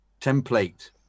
template